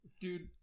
Dude